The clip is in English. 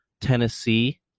Tennessee